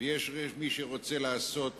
ויש מי שרוצה לעשות רעש,